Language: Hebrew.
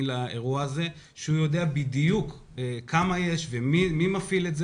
לאירוע הזה כי הוא יודע בדיוק כמה יש ומי המפעיל.